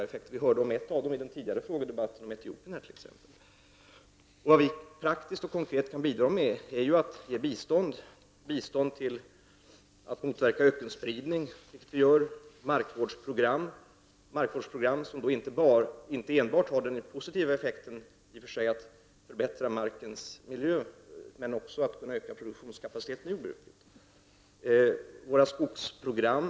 I den föregående frågedebatten hade vi ett exempel, nämligen Etiopien. Sverige kan praktiskt och konkret bidra med att ge bistånd till att motverka ökenspridningen, markvårdsprogram — som inte enbart har den positiva effekten att förbättra markens miljö utan också att kunna öka produktionskapaciteten i jordbruket — och skogsprogram.